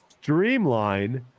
Streamline